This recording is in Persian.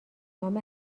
نام